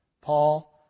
Paul